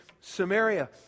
Samaria